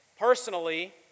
Personally